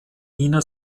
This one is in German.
nina